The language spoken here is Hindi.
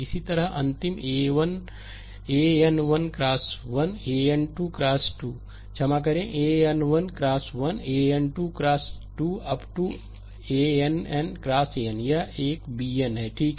इसी तरह अंतिम an1 x 1 an2 x 2 क्षमा करें a n1 x 1 a n2 x 2 up to ann xn यह एक bn है ठीक है